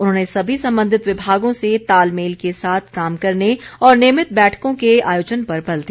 उन्होंने सभी संबंधित विभागों से तालमेल के साथ काम करने और नियमित बैठकों के आयोजन पर बल दिया